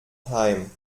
heim